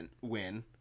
win